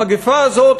המגפה הזאת,